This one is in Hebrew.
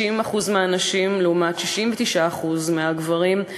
60% מהנשים לעומת 69% מהגברים.